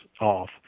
off